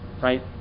right